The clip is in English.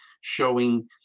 showing